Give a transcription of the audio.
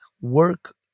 work